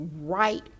right